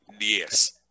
Yes